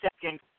second